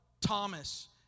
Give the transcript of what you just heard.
Thomas